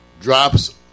drops